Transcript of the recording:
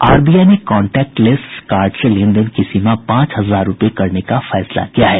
RBI ने contactless card से लेनदेन की सीमा पांच हजार रूपये करने का फैसला किया है